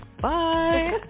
bye